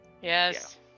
yes